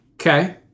Okay